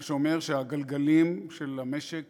מה שאומר שהגלגלים של המשק